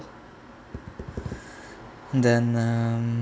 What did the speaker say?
then um